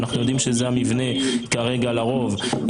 אנחנו יודעים שזה המבנה כרגע לרוב,